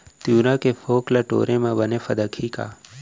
तिंवरा के फोंक ल टोरे म बने फदकही का?